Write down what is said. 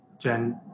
Gen